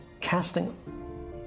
casting